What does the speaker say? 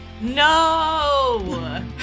No